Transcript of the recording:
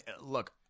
look